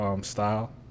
style